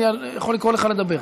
אני יכול לקרוא לך לדבר.